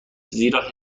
زیرا